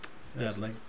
Sadly